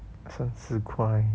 三十块